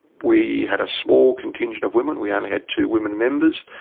we had a small contingent of women, we only had two women members,